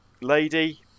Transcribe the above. lady